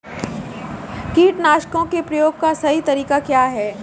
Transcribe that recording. कीटनाशकों के प्रयोग का सही तरीका क्या है?